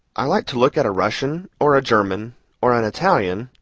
i like to look at a russian or a german or an italian